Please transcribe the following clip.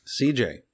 CJ